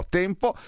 tempo